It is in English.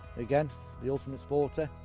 again the ultimate sporter,